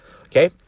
Okay